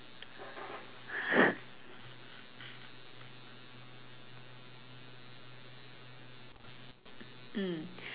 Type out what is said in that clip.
mm